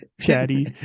Chatty